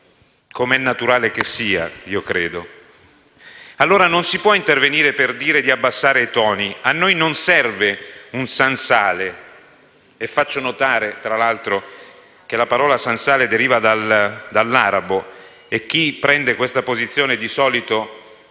credo è naturale che sia. Allora non si può intervenire per dire di abbassare i toni. A noi non serve un sensale (e faccio notare, tra l'altro, che la parola «sensale» deriva dall'arabo e chi prende questa posizione di solito